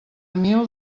mil